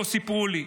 "לא סיפרו לי"?